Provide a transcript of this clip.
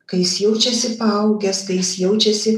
kai jis jaučiasi paaugęs kai jis jaučiasi